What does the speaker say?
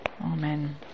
Amen